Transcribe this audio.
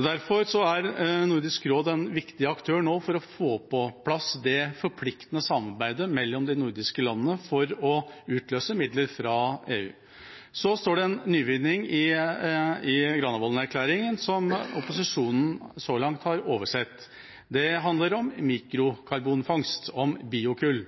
Derfor er Nordisk råd en viktig aktør nå for å få på plass et forpliktende samarbeid mellom de nordiske landene for å utløse midler fra EU. Så står det om en nyvinning i Granavolden-erklæringen som opposisjonen så langt har oversett. Det handler om mikrokarbonfangst, om biokull.